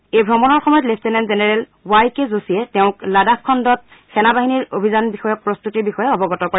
এই ভ্ৰমণৰ সময়ত লেফটেনেণ্ট জেনেৰেল ৱাই কে জোশীয়ে তেওঁক লাদাখ খণ্ডত সেনাবাহিনীৰ অভিযান বিষয়ক প্ৰস্তুতিৰ বিষয়ে অৱগত কৰে